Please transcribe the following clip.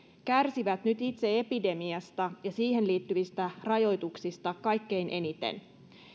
kärsivät nyt itse epidemiasta ja siihen liittyvistä rajoituksista kaikkein eniten